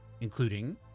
including